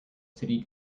city